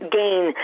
gain